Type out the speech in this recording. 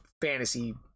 fantasy